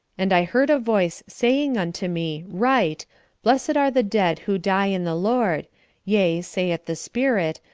and i heard a voice saying unto me, write blessed are the dead who die in the lord yea, saith the spirit,